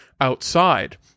outside